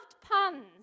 puns